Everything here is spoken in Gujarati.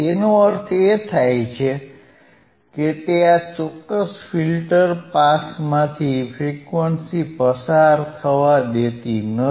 તેનો અર્થ એ છે કે તે આ ચોક્કસ ફિલ્ટર પાસમાંથી ફ્રીક્વન્સી પસાર થવા દેતી નથી